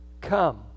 come